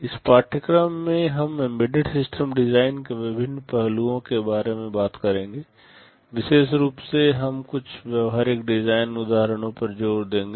इस पाठ्यक्रम में हम एंबेडेड सिस्टम डिज़ाइन के विभिन्न पहलुओं के बारे में बात करेंगे विशेष रूप से हम कुछ व्यावहारिक डिज़ाइन उदाहरणों पर जोर देंगे